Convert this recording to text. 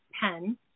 PEN